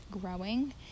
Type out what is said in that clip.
growing